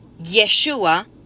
yeshua